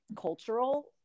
cultural